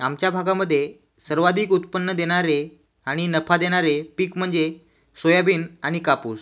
आमच्या भागामध्ये सर्वाधिक उत्पन्न देणारे आणि नफा देणारे पीक म्हणजे सोयाबीन आणि कापूस